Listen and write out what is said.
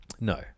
No